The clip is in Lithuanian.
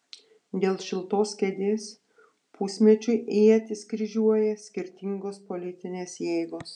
dėl šiltos kėdės pusmečiui ietis kryžiuoja skirtingos politinės jėgos